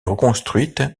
reconstruite